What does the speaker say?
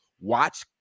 watch